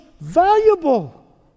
valuable